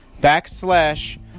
backslash